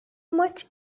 much